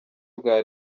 bwa